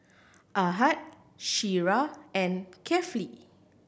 Ahad Syirah and Kefli